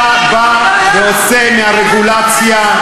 אתה בא ועושה מהרגולציה,